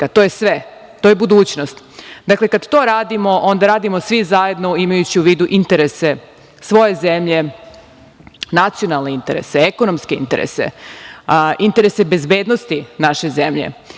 to je sve, to je budućnost. Dakle, kada to radimo, onda radimo svi zajedno, imajući u vidu interese svoje zemlje, nacionalne interese, ekonomske interese, interese bezbednosti naše zemlje. Zato